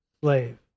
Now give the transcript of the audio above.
slave